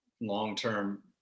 long-term